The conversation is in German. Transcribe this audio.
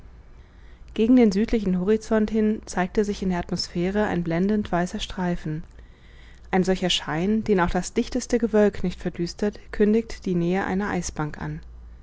gegen den südlichen horizont hin zeigte sich in der atmosphäre ein blendend weißer streifen ein solcher schein den auch das dichteste gewölk nicht verdüstert kündigt die nähe einer eisbank an